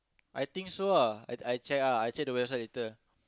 I think so ah I check ah I check the website later